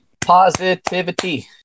Positivity